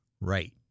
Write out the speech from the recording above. Right